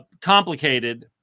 complicated